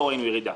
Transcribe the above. לא ראינו ירידה.